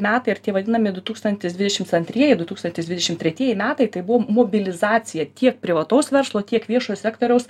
metai ir tie vadinami du tūkstantis dvidešims antrieji du tūkstantis dvidešim tretieji metai tai buvo mobilizacija tiek privataus verslo tiek viešo sektoriaus